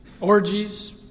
orgies